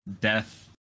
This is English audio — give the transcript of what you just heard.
Death